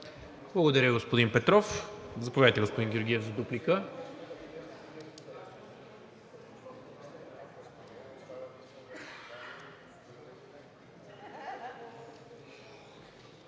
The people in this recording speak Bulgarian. Благодаря, господин Петров. Заповядайте, господин Георгиев за дуплика.